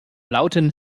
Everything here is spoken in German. lauten